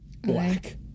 Black